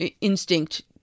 instinct